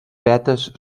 vetes